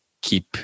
keep